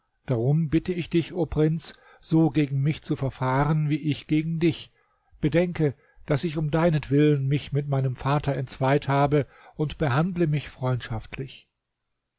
drum bitte ich dich o prinz so gegen mich zu verfahren wie ich gegen dich bedenke daß ich um deinetwillen mich mit meinem vater entzweit habe und behandle mich freundschaftlich